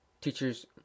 teachers